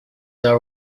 are